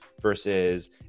versus